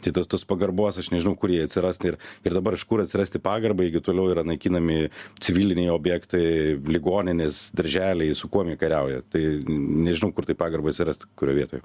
tai tos tos pagarbos aš nežinau kur jai atsirast ir ir dabar iš kažkur atsirasti pagarbai jeigu toliau yra naikinami civiliniai objektai ligoninės darželiai su kuom jie kariauja tai nežinau kur tai pagarba atsirast kurio vietoj